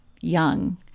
young